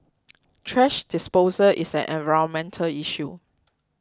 thrash disposal is an environmental issue